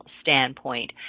standpoint